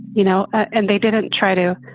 you know? and they didn't try to